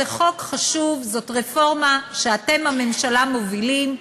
זה חוק חשוב, זאת רפורמה שאתם, הממשלה, מובילים,